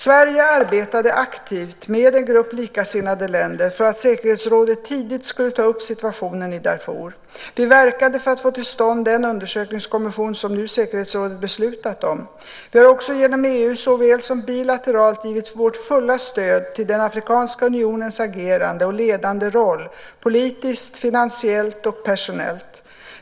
Sverige arbetade aktivt med en grupp likasinnade länder för att säkerhetsrådet tidigt skulle ta upp situationen i Darfur. Vi verkade för att få till stånd den undersökningskommission som nu säkerhetsrådet beslutat om. Vi har också, genom EU såväl som bilateralt, givit vårt fulla stöd till den afrikanska unionens agerande och ledande roll - politiskt, finansiellt och personellt.